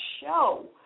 show